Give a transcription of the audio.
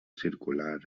circulars